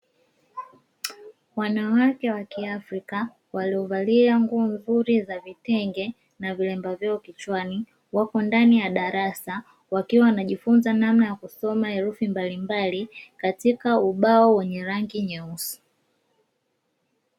Wanawake wa Kiafrika waliovalia nguo nzuri za vitenge na vilemba vyao kichwani wako ndani ya darasa, wakiwa wanajifunza namna ya kusoma herufi mbalimabli katika ubao wenye rangi nyeusi.